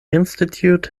institute